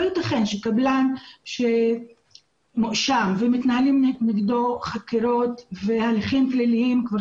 לא ייתכן שקבלן שמואשם ומתנהלים נגדו חקירות והליכים פליליים כבר